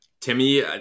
Timmy